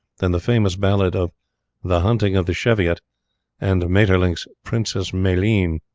than the famous ballad of the hunting of the cheviot and maeterlinck's princess maleine.